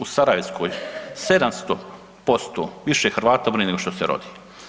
U Sarajevskoj 700% više Hrvata umre nego što se rodi.